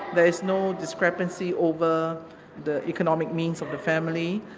there is no discrepancy over the economic means of the family,